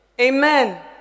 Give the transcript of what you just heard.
Amen